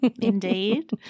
indeed